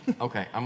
Okay